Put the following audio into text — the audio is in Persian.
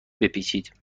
بپیچید